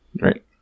right